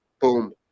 Boom